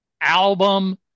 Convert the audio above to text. album